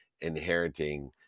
inheriting